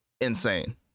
insane